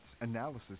analysis